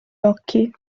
occhi